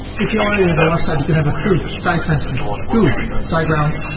if you already have a website, you can have a free site transfer to siteground.